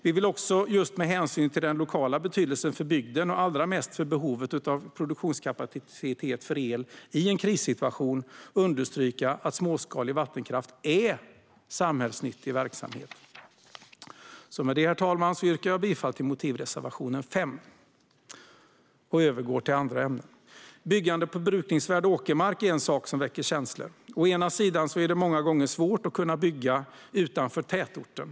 Vi vill också, just med hänsyn till den lokala betydelsen för bygden och allra mest för behovet av produktionskapacitet för el i en krissituation, understryka att småskalig vattenkraft är samhällsnyttig verksamhet. Med detta yrkar jag bifall till motivreservationen, reservation 5. Byggande på brukningsvärd åkermark är något som väcker känslor. Det är många gånger svårt att bygga utanför tätorterna.